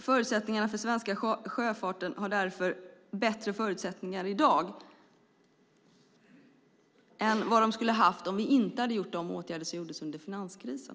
Den svenska sjöfarten har därför bättre förutsättningar i dag än vad man skulle ha haft om vi inte hade vidtagit de åtgärder som vi vidtog under finanskrisen.